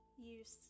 use